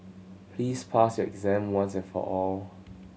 please pass your exam once and for all